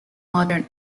modern